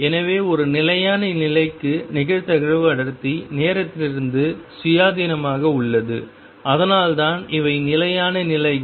எனவே ஒரு நிலையான நிலைகளுக்கு நிகழ்தகவு அடர்த்தி நேரத்திலிருந்து சுயாதீனமாக உள்ளது அதனால்தான் இவை நிலையான நிலைகள்